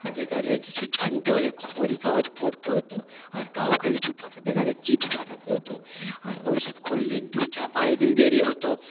আগেকারের কিছু জানতে হলে খবর কাগজ পড়তে হতো আর কাউকে কিছু পাঠাতে গেলে চিঠি পাঠাতে হতো আর ওই সব করলে দু চার পাঁচ দিন দেরি হতো